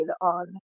on